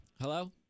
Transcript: Hello